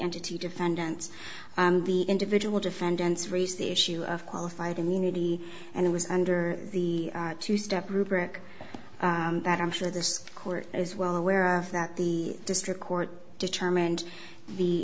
entity defendants the individual defendants raise the issue of qualified immunity and it was under the two step rubric that i'm sure this court as well aware of that the district court determined the